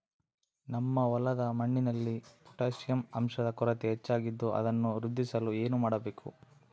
ನಮ್ಮ ಹೊಲದ ಮಣ್ಣಿನಲ್ಲಿ ಪೊಟ್ಯಾಷ್ ಅಂಶದ ಕೊರತೆ ಹೆಚ್ಚಾಗಿದ್ದು ಅದನ್ನು ವೃದ್ಧಿಸಲು ಏನು ಮಾಡಬೇಕು?